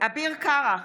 אביר קארה,